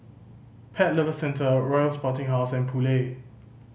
Pet Lover Centre Royal Sporting House and Poulet